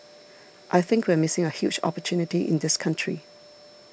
I think we're missing a huge opportunity in this country